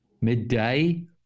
midday